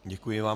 Děkuji vám.